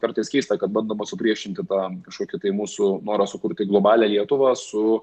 kartais keista kad bandoma supriešinti tą kažkokį tai mūsų norą sukurti globalią lietuvą su